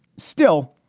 still,